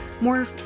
more